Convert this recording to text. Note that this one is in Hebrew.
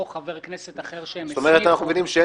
או חבר כנסת אחר --- אנחנו מבינים שאין